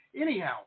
Anyhow